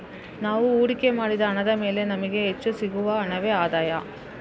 ನಾವು ಹೂಡಿಕೆ ಮಾಡಿದ ಹಣದ ಮೇಲೆ ನಮಿಗೆ ಹೆಚ್ಚು ಸಿಗುವ ಹಣವೇ ಆದಾಯ